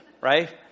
right